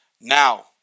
now